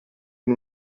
con